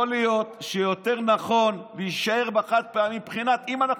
יכול להיות שיותר נכון להישאר בחד-פעמי אם אנחנו